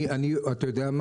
תודה רבה.